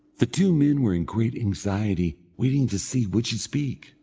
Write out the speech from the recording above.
the two men were in great anxiety waiting to see would she speak,